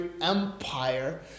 empire